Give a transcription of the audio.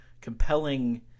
compelling